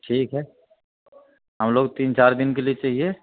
ٹھیک ہے ہم لوگ تین چار دِن کے لیے چاہیے